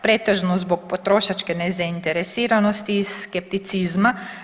Pretežno zbog potrošačke nezainteresiranosti i skepticizma.